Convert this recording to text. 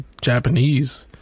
Japanese